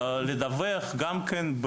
לדווח גם כן,